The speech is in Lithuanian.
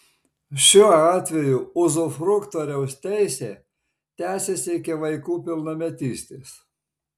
šiuo atveju uzufruktoriaus teisė tęsiasi iki vaikų pilnametystės